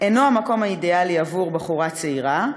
"אינו המקום האידיאלי עבור בחורה צעירה,